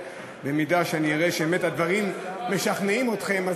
במידה שאני אראה שהדברים משכנעים אתכם.